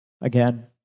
Again